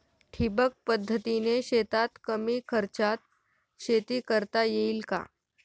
ठिबक पद्धतीने शेतात कमी खर्चात शेती करता येईल का?